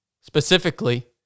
specifically